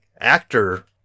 actor